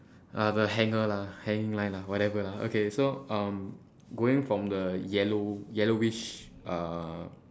uh the hanger lah hanging line lah whatever lah okay so um going from the yellow yellowish uh